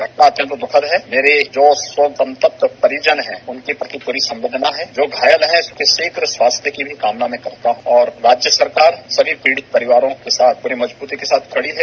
घटना अत्यन्त दुखद है मेरी जो शोक संतप्त परिजन हैं उनके प्रति पूरी संवेदना है जो घायल हैं उनके शीघ स्वस्थ होने की भी कामना मैं करता हूँ और राज्य सरकार सभी पीड़ित परिवारों के साथ पूरी मजबूती से खड़ी है